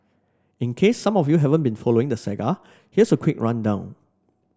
in case some of you haven't been following the saga here's a quick rundown